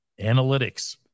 analytics